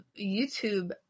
YouTube